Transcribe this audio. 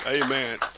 Amen